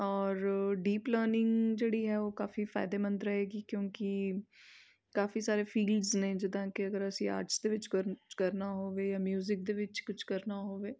ਔਰ the planning ਜਿਹੜੀ ਹੈ ਉਹ ਕਾਫੀ ਫਾਇਦੇਮੰਦ ਰਹੇਗੀ ਕਿਉਂਕਿ ਕਾਫੀ ਸਾਰੇ ਫੀਲਡਸ ਨੇ ਜਿੱਦਾਂ ਕਿ ਅਗਰ ਅਸੀਂ ਆਰਟਸ ਦੇ ਵਿੱਚ ਕਰਨ ਕੁਝ ਕਰਨਾ ਹੋਵੇ ਜਾਂ ਮਿਊਜਿਕ ਦੇ ਵਿੱਚ ਕੁਝ ਕਰਨਾ ਹੋਵੇ